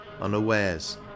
unawares